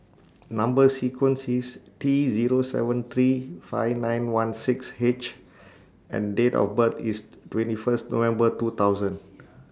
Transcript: Number sequence IS T Zero seven three five nine one six H and Date of birth IS twenty First November two thousand